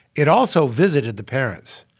it also visited the parents.